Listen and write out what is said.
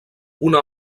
una